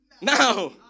Now